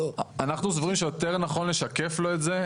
אנחנו סבורים שיותר נכון לשקף לו את זה.